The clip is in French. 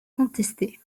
contesté